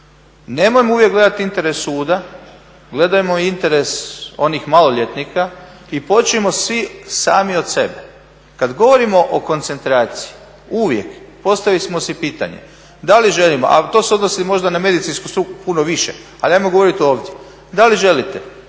nemojmo uvijek gledati interes suda, gledajmo interes onih maloljetnika i počnimo svi sami od sebe. Kad govorimo o koncentraciji uvijek postavili smo si pitanje da li želimo, a to se odnosi možda na medicinsku struku puno više, ali ajmo govoriti ovdje. Da li želite